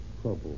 trouble